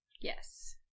Yes